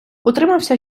утримався